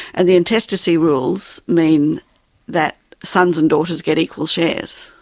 and the intestacy rules mean that sons and daughters get equal shares.